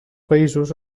països